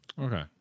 Okay